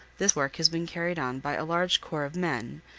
this work has been carried on by a large corps of men,